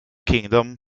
kingdom